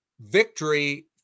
victory